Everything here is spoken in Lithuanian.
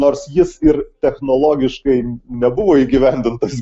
nors jis ir technologiškai nebuvo įgyvendintas